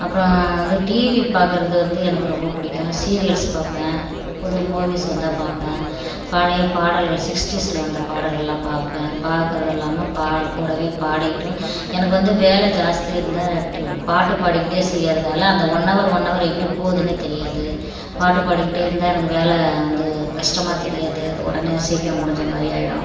அப்புறம் வந்து டிவி பார்க்கறது வந்து எனக்கு ரொம்ப பிடிக்கும் சீரியல்ஸ் பார்ப்பேன் புது மூவிஸ் வந்தால் பார்ப்பேன் பழைய பாடல்கள் சிக்ஸ்ட்டீஸ் வந்த பாடல்களெலாம் பார்ப்பேன் பார்க்கறது இல்லாமல் பா கூடவே பாடிக்கிட்டும் எனக்கு வந்து வேல ஜாஸ்தி இருந்தால் டு பாட்டு பாடிக்கிட்டே செய்கிறதால அந்த ஒன் அவர் ஒன் அவர் எப்படி போதுன்னே தெரியாது பாட்டு பாடிக்கிட்டே இருந்தால் எனக்கு வேலை வந்து கஷ்டமாக தெரியாது அது உடனே சீக்கிரம் முடிஞ்ச மாதிரி ஆகிடும்